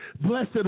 blessed